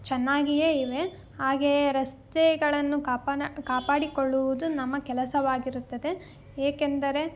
ಚೆನ್ನಾಗಿಯೇ ಇವೆ ಹಾಗೆಯೇ ರಸ್ತೆಗಳನ್ನು ಕಾಪನಾ ಕಾಪಾಡಿಕೊಳ್ಳುವುದು ನಮ್ಮ ಕೆಲಸವಾಗಿರುತ್ತದೆ ಏಕೆಂದರೆ